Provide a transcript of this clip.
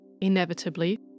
inevitably